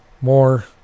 more